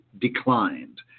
declined